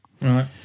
Right